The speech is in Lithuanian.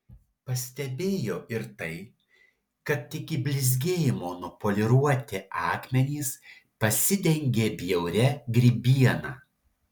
pastebėjo ir tai kad iki blizgėjimo nupoliruoti akmenys pasidengė bjauria grybiena